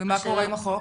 ומה קורה עם החוק?